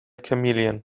chameleon